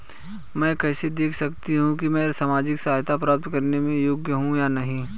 मैं कैसे देख सकती हूँ कि मैं सामाजिक सहायता प्राप्त करने के योग्य हूँ या नहीं?